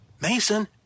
Mason